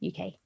uk